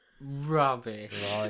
rubbish